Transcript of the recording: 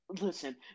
listen